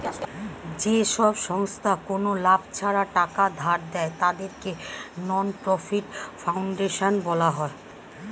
যেসব সংস্থা কোনো লাভ ছাড়া টাকা ধার দেয়, তাদেরকে নন প্রফিট ফাউন্ডেশন বলা হয়